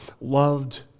loved